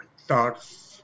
thoughts